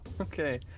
Okay